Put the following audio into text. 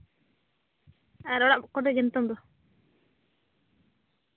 ᱟᱨ ᱚᱲᱟᱜ ᱠᱚᱨᱮ ᱜᱮ ᱱᱤᱛᱚᱝ ᱫᱚ